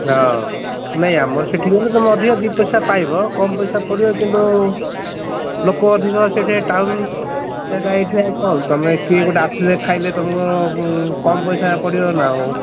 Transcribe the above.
ହଁ ନାଇଁ ଆମର ସେଠି ଗଲେ ତୁମେ ଅଧିକ ଦୁଇ ପଇସା ପାଇବ କମ ପଇସା ପଡ଼ିବ କିନ୍ତୁ ଲୋକ ଅଧିକ ସେଠି ଟାଉନ ଯା ଏଇଠି କମ୍ ତୁମେ କିଏ ଗୋଟେ ଆସିଲେ ଖାଇଲେ ତୁମକୁ କମ୍ ପଇସା ପଡ଼ିବ ନା ଆଉ